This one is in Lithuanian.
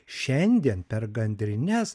šiandien per gandrines